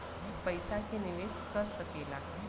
पइसा के निवेस कर सकेला